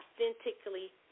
authentically